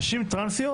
נשים טרנסיות